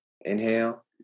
inhale